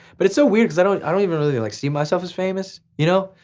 but it's so weird cause i don't i don't really like see myself as famous, you know.